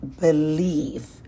believe